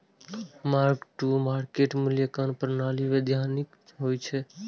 mark to market मूल्यांकन प्रणाली वैधानिक होइ छै